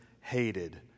hated